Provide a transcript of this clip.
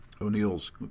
O'Neill's